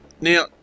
Now